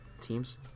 teams